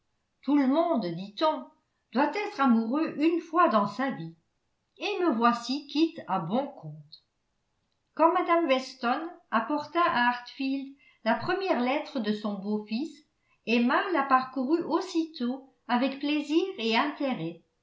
tout le monde dit-on doit être amoureux une fois dans sa vie et me voici quitte à bon compte quand mme weston apporta à hartfield la première lettre de son beau-fils emma la parcourut aussitôt avec plaisir et intérêt